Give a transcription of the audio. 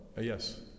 Yes